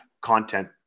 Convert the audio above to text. content